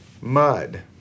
mud